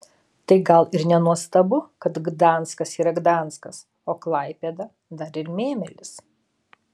tai gal ir nenuostabu kad gdanskas yra gdanskas o klaipėda dar ir mėmelis